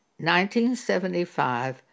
1975